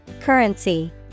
Currency